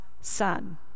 son